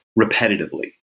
repetitively